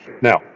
now